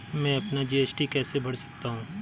मैं अपना जी.एस.टी कैसे भर सकता हूँ?